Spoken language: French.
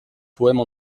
poèmes